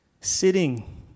sitting